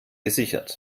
gesichert